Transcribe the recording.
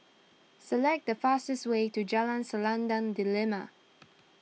select the fastest way to Jalan Selendang Delima